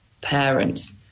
parents